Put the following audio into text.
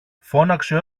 φώναξε